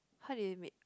how did you make